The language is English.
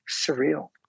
surreal